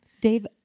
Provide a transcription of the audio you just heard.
Dave